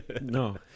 No